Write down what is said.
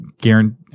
guarantee